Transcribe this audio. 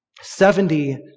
Seventy